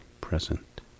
present